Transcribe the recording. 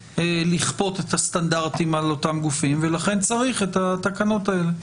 לכפות את הסטנדרטים על אותם גופים ולכן צריך את התקנות האלה.